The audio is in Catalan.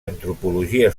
antropologia